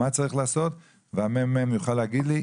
מה צריך לעשות והמ"מ יוכל להגיד לי,